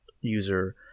User